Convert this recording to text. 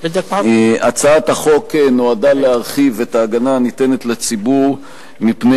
הצעת החוק נועדה להרחיב את ההגנה הניתנת לציבור מפני